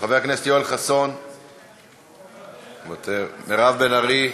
בקשתו: חבר הכנסת יואל חסון, מוותר, מירב בן ארי,